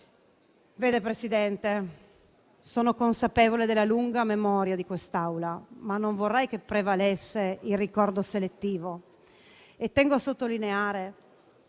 Presidente, sono consapevole della lunga memoria di quest'Assemblea, ma non vorrei che prevalesse il ricordo selettivo. Ci tengo, quindi, a sottolineare